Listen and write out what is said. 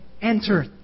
enter